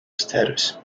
status